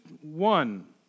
one